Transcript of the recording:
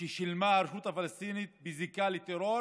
ששילמה הרשות הפלסטינית בזיקה לטרור